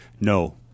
No